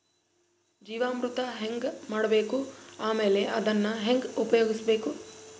ಜೀವಾಮೃತ ಹೆಂಗ ಮಾಡಬೇಕು ಆಮೇಲೆ ಅದನ್ನ ಹೆಂಗ ಉಪಯೋಗಿಸಬೇಕು?